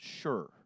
sure